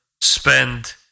spend